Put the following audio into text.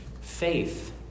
faith